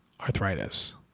arthritis